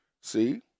see